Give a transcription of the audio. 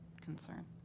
concern